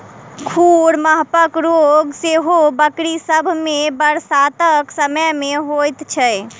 खुर मुँहपक रोग सेहो बकरी सभ मे बरसातक समय मे होइत छै